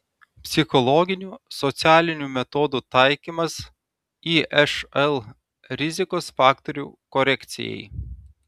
psichologinių socialinių metodų taikymas išl rizikos faktorių korekcijai